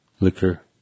liquor